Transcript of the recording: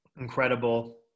incredible